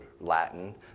Latin